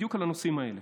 בדיוק על הנושאים האלה,